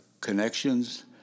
connections